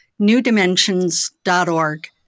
NewDimensions.org